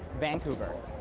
vancouver.